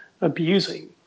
abusing